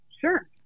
Sure